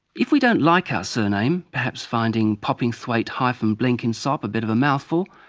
if we don't like our surname, perhaps finding poppingthwaite-blenkinsop a bit of a mouthful,